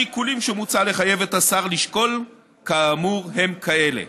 השיקולים שמוצע לחייב את השר לשקול כאמור הם כאלה: